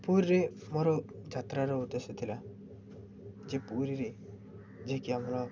ପୁରୀରେ ମୋର ଯାତ୍ରାର ଉଦ୍ଦେଶ୍ୟ ଥିଲା ଯେ ପୁରୀରେ ଯେ କି ଆମର